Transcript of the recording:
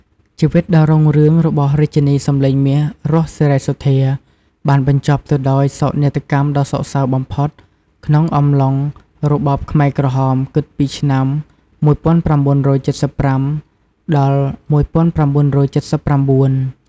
ជីវិតដ៏រុងរឿងរបស់រាជិនីសំឡេងមាស រស់ សេរីសុទ្ធា បានបញ្ចប់ទៅដោយ សោកនាដកម្មដ៏សោកសៅបំផុត ក្នុងអំឡុង របបខ្មែរក្រហម គិតពីឆ្នាំ ១៩៧៥ ដល់ ១៩៧៩។